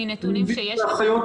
מנתונים שיש לכם?